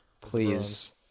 Please